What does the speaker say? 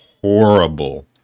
horrible